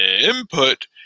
input